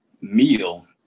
Meal